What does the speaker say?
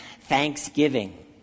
thanksgiving